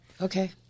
Okay